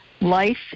Life